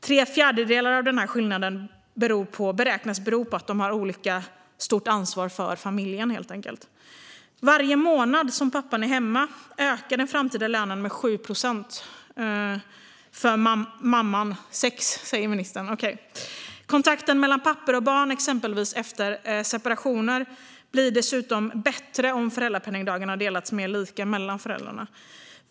Tre fjärdedelar av den här skillnaden beräknas bero på att de har olika stort ansvar för familjen. Varje månad som pappan är hemma ökar den framtida lönen för mamman med 7 procent. 6 procent, säger ministern - okej. Kontakten mellan pappor och barn exempelvis efter separation blir dessutom bättre om föräldrapenningdagarna delats mer lika mellan föräldrarna.